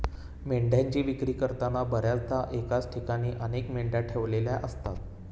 मेंढ्यांची विक्री करताना बर्याचदा एकाच ठिकाणी अनेक मेंढ्या ठेवलेल्या असतात